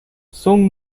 son